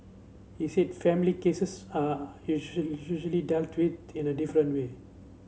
he said family cases are usual usually dealt with in a different way